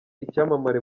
icyamamare